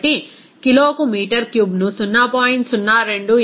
కాబట్టి కిలోకు మీటర్ క్యూబ్ను 0